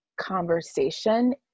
conversation